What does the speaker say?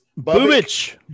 Bubich